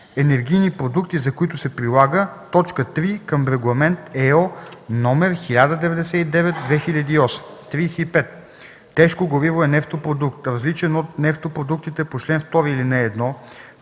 „Енергийни продукти, за които се прилага”, т. 3 към Регламент (ЕО) № 1099/2008. 35. „Тежко гориво” е нефтопродукт, различен от нефтопродуктите по чл. 2, ал. 1,